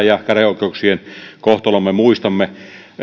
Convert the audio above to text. ja käräjäoikeuksien kohtalon me muistamme